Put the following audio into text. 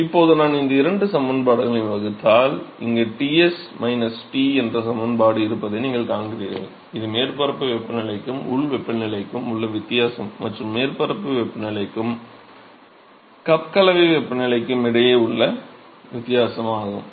இப்போது நான் இந்த இரண்டு சமன்பாடுகளையும் வகுத்தால் இங்கே Ts T என்ற சமன்பாடு இருப்பதை நீங்கள் காண்கிறீர்கள் இது மேற்பரப்பு வெப்பநிலைக்கும் உள் வெப்பநிலைக்கும் உள்ள வித்தியாசம் மற்றும் மேற்பரப்பு வெப்பநிலைக்கும் கப் கலவை வெப்பநிலைக்கும் இடையே உள்ள வித்தியாசம் ஆகும்